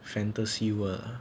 fantasy world ah